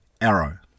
arrow